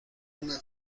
una